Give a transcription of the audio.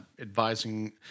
advising